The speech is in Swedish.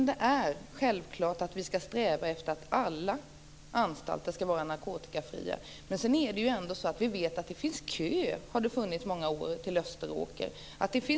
Det är självklart att vi skall sträva efter att alla anstalter skall vara narkotikafria. Men vi vet att det har varit kö till Österåker under många år.